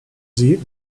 sie